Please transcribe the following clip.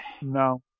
No